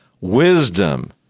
wisdom